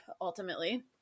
ultimately